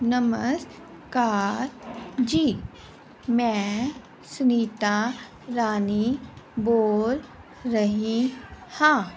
ਨਮਸਕਾਰ ਜੀ ਮੈਂ ਸੁਨੀਤਾ ਰਾਣੀ ਬੋਲ ਰਹੀ ਹਾਂ